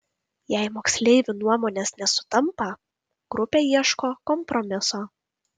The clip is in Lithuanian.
jei moksleivių nuomonės nesutampa grupė ieško kompromiso